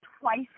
twice